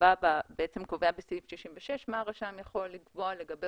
קובע בסעיף 66 מה הרשם יכול לקבוע לגבי